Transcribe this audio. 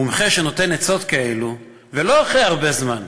מומחה שנותן עצות כאלו, ולא אחרי הרבה זמן,